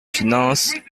finances